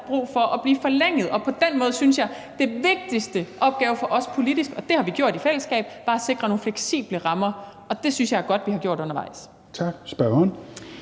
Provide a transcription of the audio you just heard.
brug for at blive forlænget. På den måde synes jeg, at den vigtigste opgave for os politisk – og det har vi gjort i fællesskab – har været at sikre nogle fleksible rammer. Og det synes jeg er godt at vi har gjort undervejs. Kl. 16:17